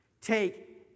Take